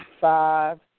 five